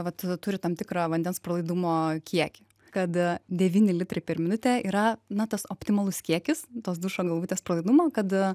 vat turi tam tikrą vandens pralaidumo kiekį kad devyni litrai per minutę yra na tas optimalus kiekis tos dušo galvutės pralaidumo kad a